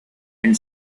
and